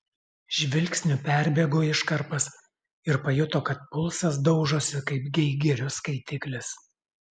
žvilgsniu perbėgo iškarpas ir pajuto kad pulsas daužosi kaip geigerio skaitiklis